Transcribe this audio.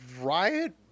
Riot